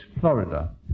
Florida